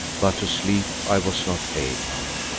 but to sleep i was not able.